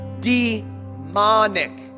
demonic